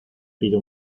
pido